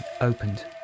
opened